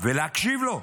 ולהקשיב לו,